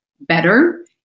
better